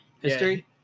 History